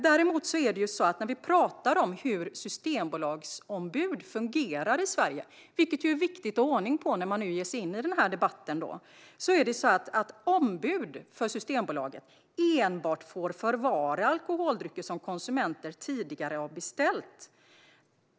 När det gäller hur Systembolagsombud fungerar i Sverige, vilket är viktigt att ha ordning på när man ger sig in i den här debatten, får ombud för Systembolaget enbart förvara alkoholdrycker som konsumenter tidigare har beställt.